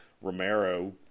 Romero